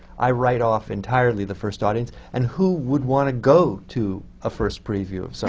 i write off entirely the first audience. and who would want to go to a first preview of so